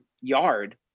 yard